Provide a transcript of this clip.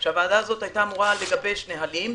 שהייתה אמורה לגבש נהלים,